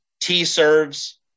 T-serves